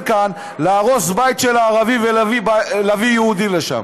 כאן להרוס בית של ערבי ולהביא יהודי לשם.